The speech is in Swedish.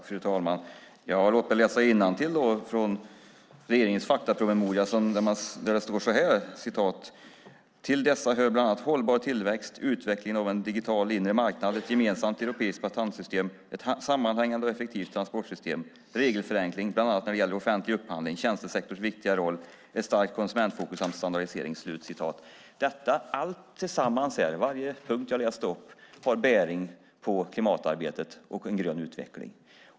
Fru talman! I regeringens faktapromemoria framgår följande: Till dessa hör bland annat hållbar tillväxt, utvecklingen av en digital inre marknad, ett gemensamt europeiskt patentsystem, ett sammanhängande och effektivt transportsystem, regelförenkling bland annat när det gäller offentlig upphandling, tjänstesektorns viktiga roll, ett starkt konsumentfokus samt standardisering. Varje punkt jag läste upp har bäring på klimatarbetet och en grön utveckling.